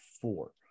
four